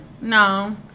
No